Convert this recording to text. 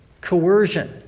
coercion